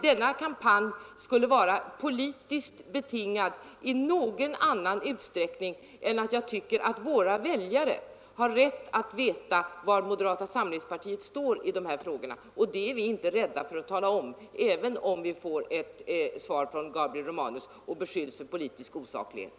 Denna kampanj är inte politiskt betingad annat än så till vida att våra väljare har rätt att få veta var moderata samlingspartiet står i dessa frågor, och det är vi inte rädda för att tala om, även om vi då av Gabriel Romanus beskylls för politisk osaklighet.